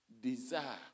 desire